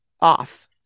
off